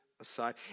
aside